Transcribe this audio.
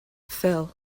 phil